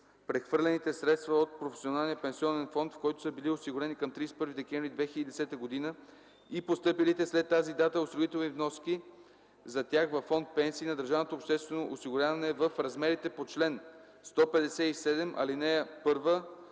прехвърлените средства от професионалния пенсионен фонд, в който са били осигурени към 31 декември 2010 г., и постъпилите след тази дата осигурителни вноски за тях във фонд „Пенсии” на държавното обществено осигуряване в размерите по чл. 157, ал. 1,